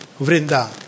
Vrinda